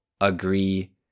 agree